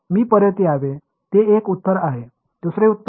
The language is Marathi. मी परत यावे ते एक उत्तर आहे दुसरे उत्तर